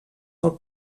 pel